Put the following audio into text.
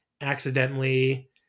accidentally